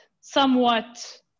somewhat